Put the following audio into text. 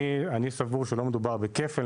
אני סבור שלא מדובר בכפל,